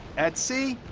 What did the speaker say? at sea,